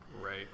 right